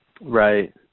Right